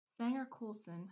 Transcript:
Sanger-Coulson